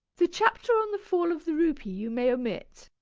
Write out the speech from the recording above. the chapter on the fall of the rupee you may omit.